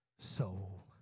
soul